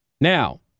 Now